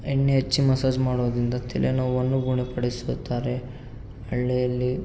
ಎಣ್ಣೆ ಹಚ್ಚಿ ಮಸಾಜ್ ಮಾಡೋದರಿಂದ ತಲೆನೋವನ್ನು ಗುಣಪಡಿಸುತ್ತಾರೆ ಹಳ್ಳಿಯಲ್ಲಿ